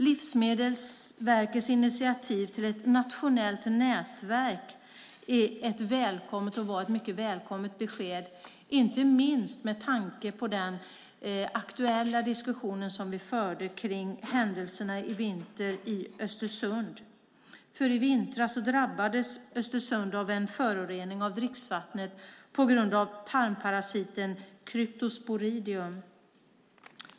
Livsmedelsverkets initiativ till ett nationellt nätverk var ett mycket välkommet besked, inte minst med tanke på den aktuella diskussion som vi förde kring händelserna i Östersund i vintras. Då drabbades Östersund av en förorening av dricksvattnet på grund av tarmparasiten Cryptosporidium.